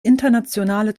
internationale